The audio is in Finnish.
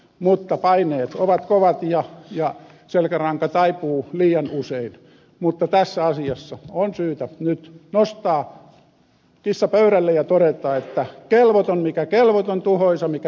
mutta paineet ovat kovat ja selkäranka taipuu liian usein mutta tässä asiassa on syytä nyt nostaa kissa pöydälle ja todeta että kelvoton mikä kelvoton tuhoisa mikä tuhoisa